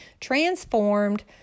transformed